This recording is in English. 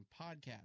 podcast